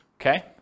okay